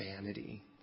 vanity